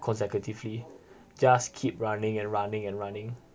consecutively just keep running and running and running